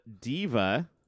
Diva